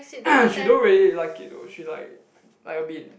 she don't really like it though she like like a bit